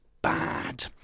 bad